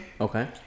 Okay